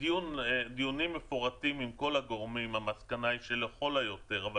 דיונים מפורטים עם כל הגורמים המסקנה היא שלכל היותר אנחנו